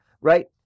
right